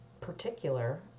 particular